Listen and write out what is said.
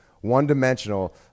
One-dimensional